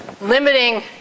limiting